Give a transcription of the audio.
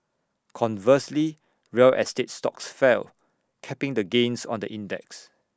conversely real estate stocks fell capping the gains on the index